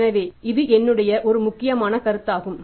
எனவே இது என்னுடைய ஒரு முக்கியமான கருத்தாகும்